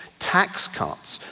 tax cuts.